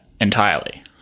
entirely